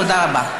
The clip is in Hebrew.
תודה רבה.